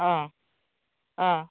अ अ